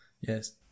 Yes